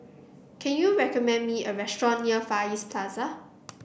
can you recommend me a restaurant near Far East Plaza